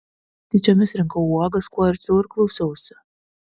tyčiomis rinkau uogas kuo arčiau ir klausiausi